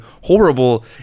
horrible